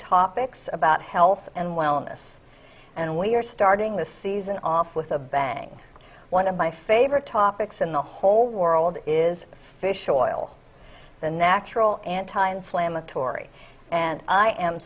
topics about health and wellness and we're starting the season off with a bang one of my favorite topics in the whole world is fish oil and natural anti inflammatory and i am